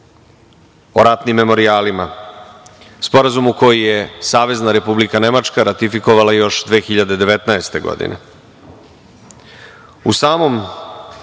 o ratnim memorijalima, Sporazumu koji je Savezna Republika Nemačka ratifikovala još 2019. godine.